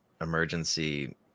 emergency